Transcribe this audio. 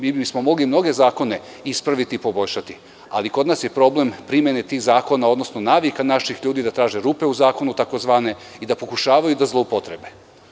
Mi bismo mogli mnoge zakone ispraviti i poboljšati, ali kod nas je problem primene tih zakona, odnosno navika naših ljudi da traže rupe u zakonu, takozvane, i da pokušavaju da zloupotrebe.